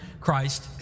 Christ